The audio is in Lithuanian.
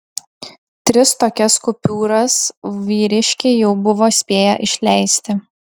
tris tokias kupiūras vyriškiai jau buvo spėję išleisti